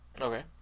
Okay